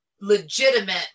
legitimate